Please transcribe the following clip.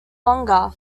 longer